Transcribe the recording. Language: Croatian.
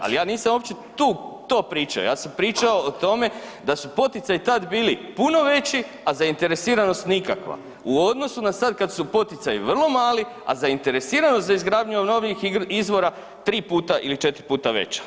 Ali ja nisam uopće to pričao, ja sam pričao o tome da su poticaji tad bili puno veći, a zainteresiranost nikakva u odnosu na sad kad su poticaji vrlo mali, a zainteresiranost za izgradnju novih izvora 3 puta ili 4 puta veća.